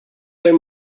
take